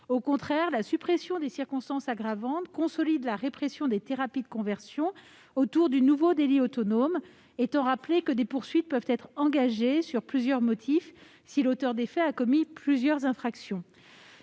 Au contraire, la suppression des circonstances aggravantes consolide la répression des thérapies de conversion autour du nouveau délit autonome, étant rappelé que des poursuites peuvent être engagées pour plusieurs motifs si l'auteur des faits a commis plusieurs infractions.